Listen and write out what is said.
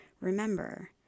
Remember